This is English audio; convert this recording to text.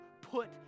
put